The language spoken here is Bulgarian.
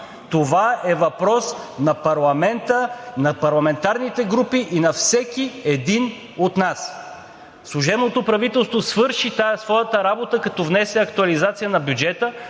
Това е въпрос на парламента, на парламентарните групи и на всеки един от нас. Служебното правителство свърши своята работа, като внесе актуализация на бюджета,